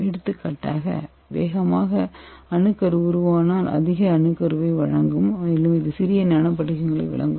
எடுத்துக்காட்டாக வேகமான அணுக்கரு உருவானால் அதிக அணுக்கருவை வழங்கும் மேலும் இது சிறிய நானோ படிகங்களை வழங்கும்